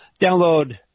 Download